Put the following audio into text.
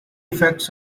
effects